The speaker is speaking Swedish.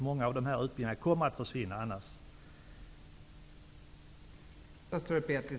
Många av dessa utbildningar kommer att försvinna om man inte gör någonting.